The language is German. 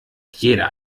jeder